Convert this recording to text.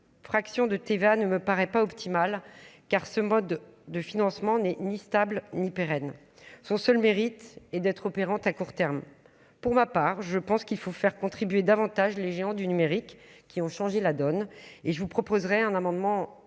fraction de TVA ne me paraît pas optimale car ce mode de financement n'est ni stable ni pérenne, son seul mérite est d'être opérantes à court terme, pour ma part, je pense qu'il faut faire contribuer davantage les géants du numérique qui ont changé la donne et je vous proposerai un amendement